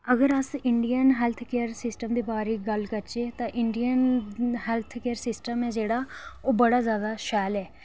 अगर अस Indian healthcare दे बारै च गल्ल करचै तां इंडियन हेल्थकेयर सिस्टम ऐ जेह्ड़ा ओह् बड़ा जादा शैल ऐ